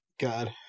God